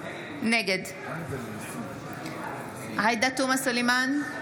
נגד עאידה תומא סלימאן,